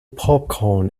popcorn